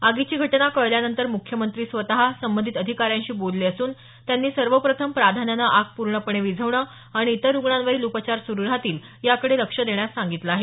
आगीची घटना कळल्यानंतर म्रख्यमंत्री स्वतः संबंधित अधिकाऱ्यांशी बोलले असून त्यांनी सर्वप्रथम प्राधान्यानं आग पूर्णपणे विझवणं आणि इतर रुग्णांवरील उपचार सुरू राहतील याकडे लक्ष देण्यास सांगितलं आहे